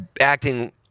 acting